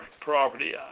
property